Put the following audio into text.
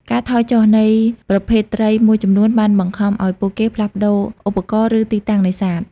ការថយចុះ នៃប្រភេទត្រីមួយចំនួនបានបង្ខំឱ្យពួកគេផ្លាស់ប្តូរឧបករណ៍ ឬទីតាំងនេសាទ។